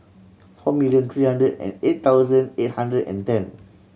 four million three hundred and eight thousand eight hundred and ten